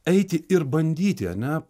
eiti ir bandyti ar ne